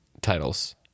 titles